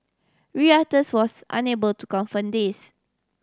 Reuters was unable to confirm this